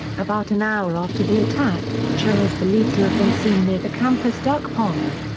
about an hour after the attack, cho is believed to have been seen near the campus duck pond.